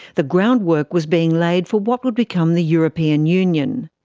the groundwork was being laid for what would become the european union.